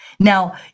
Now